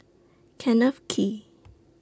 Kenneth Kee